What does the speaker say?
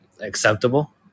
acceptable